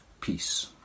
peace